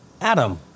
Adam